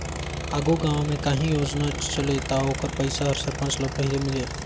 आघु गाँव में काहीं योजना चले ता ओकर पइसा हर सरपंच ल पहिले मिले